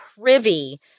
privy